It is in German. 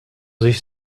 sich